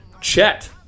Chet